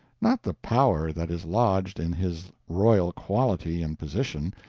not the power that is lodged in his royal quality and position,